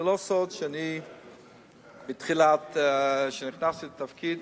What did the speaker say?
זה לא סוד שמאז שנכנסתי לתפקיד